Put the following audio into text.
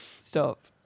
Stop